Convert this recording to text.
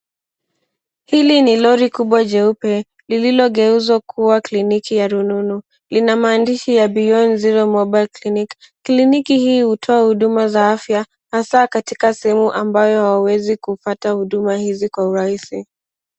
Hili ni lori kubwa jeupe lililogeuzwa kuwa kliniki ya rununu. Lina maandishi ya Beyond Zero mobile clinic . Kliniki hii hutoa huduma za afya hasa katika sehemu ambayo hawawezi kupata huduma hizi kwa urahisi.